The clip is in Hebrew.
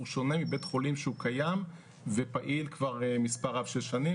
הוא שונה מבית חולים שקיים ופעיל כבר מספר רב של שנים.